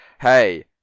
hey